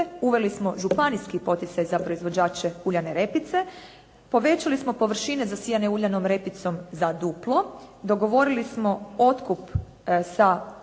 uveli smo županijski poticaj za proizvođače uljane repice, povećali smo površine zasijane uljanom repicom za dupli, dogovorili smo otkup sa